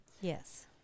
Yes